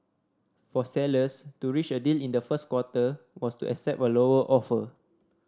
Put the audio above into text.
for sellers to reach a deal in the first quarter was to accept a lower offer